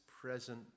present